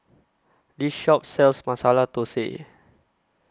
This Shop sells Masala Thosai